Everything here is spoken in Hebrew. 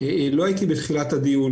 לא הייתי בתחילת הדיון,